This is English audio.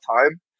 time